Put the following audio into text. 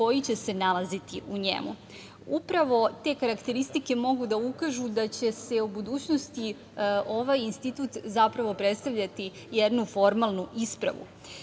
koji će se nalaziti u njemu. Upravo te karakteristike mogu da ukažu da će u budućnosti ovaj institut zapravo predstavljati jednu formalnu ispravu.